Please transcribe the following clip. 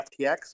FTX